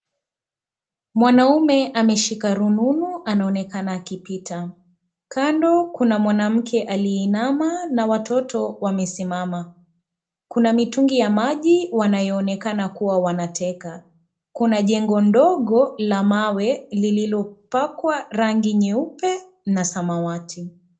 Mwanaume ameshika rununu, anaonekana akipita. Kando kuna mwanamke aliyeinama na watoto wamesimama. Kuna mitungi ya maji wanayoonekana wanateka. Kuna jengo ndogo la mawe lililopakwa rangi nyeupe na samawati.